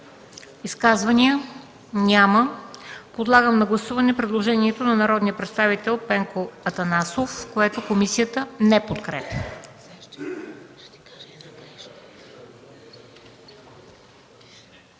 Изказвания? Няма. Подлагам на гласуване предложението на народния представител Пенко Атанасов, което комисията не подкрепя.